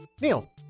Neil